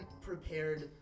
prepared